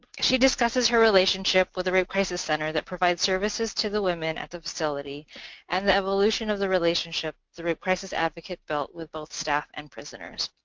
she discusses her relationship with the rape crisis center that provides services to the women at the facility and the evolution of the relationship the rape crisis advocate built with both staff and prisoners.